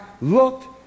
looked